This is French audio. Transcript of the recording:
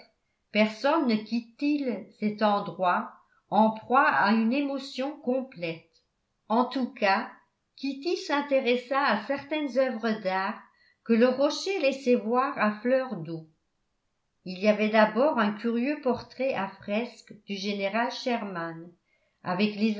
personne ne quitte-t-il cet endroit en proie à une émotion complète en tous cas kitty s'intéressa à certaines œuvres d'art que le rocher laissait voir à fleur d'eau il y avait d'abord un curieux portrait à fresque du général sherman avec